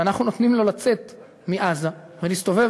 ואנחנו נותנים לו לצאת מעזה ולהסתובב